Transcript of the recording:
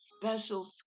special